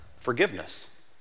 forgiveness